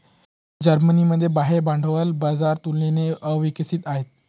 जर्मनीमध्ये बाह्य भांडवल बाजार तुलनेने अविकसित आहे